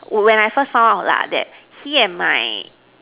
when I first found out lah that he and my